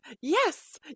Yes